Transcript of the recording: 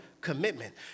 commitment